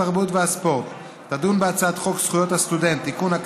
התרבות והספורט תדון בהצעת חוק זכויות הסטודנט (תיקון,